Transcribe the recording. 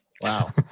Wow